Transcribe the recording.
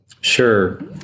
Sure